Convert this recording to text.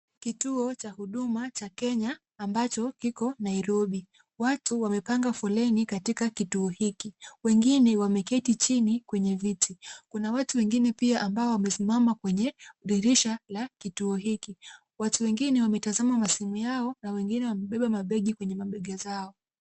Kituo cha huduma cha Kenya ambacho kiko Nairobi. Watu wamepanga foleni katika kituo hiki. Wengine wameketi chini kwenye viti. Kuna watu wengine pia ambao wamesimama kwenye dirisha la kituo hiki. Watu wengine wametazama simu zao na wengine wamebeba mabegi kwenye mabega yao.